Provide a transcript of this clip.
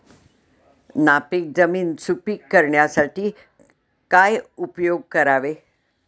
नापीक जमीन सुपीक करण्यासाठी काय उपयोग करावे?